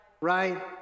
right